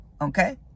Okay